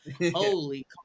Holy